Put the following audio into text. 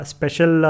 Special